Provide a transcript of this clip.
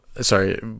sorry